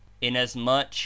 inasmuch